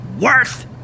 Worth